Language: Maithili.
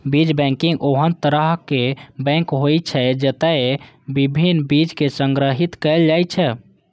बीज बैंक ओहन तरहक बैंक होइ छै, जतय विभिन्न बीज कें संग्रहीत कैल जाइ छै